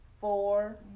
four